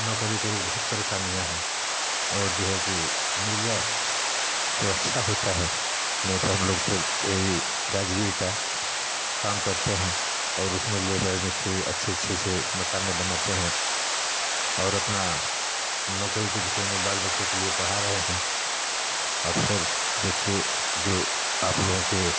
नौकरी उकरी बहुत परेशानियाँ हैं और जो है कि मिल जाए तो अच्छा होता है नहीं तो हम लोग तो यही राजगीर का काम करते हैं और उसमें लेबर मिस्त्री अच्छे अच्छे से मकान बनाते हैं और अपना नौकरी के विषय में बाल बच्चे के लिए पढ़ा रहे हैं अवसर देखिए जो आप लोगों के